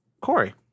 Corey